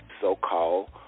so-called